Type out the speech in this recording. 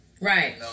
Right